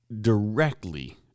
directly